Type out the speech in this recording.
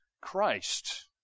Christ